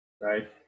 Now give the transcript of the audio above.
right